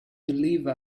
believe